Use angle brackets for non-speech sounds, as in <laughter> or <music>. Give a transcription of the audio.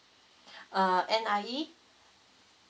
<breath> err N_I_E